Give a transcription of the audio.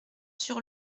sur